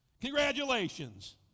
Congratulations